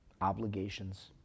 obligations